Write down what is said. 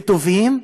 וטובים,